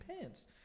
pants